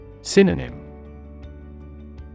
Synonym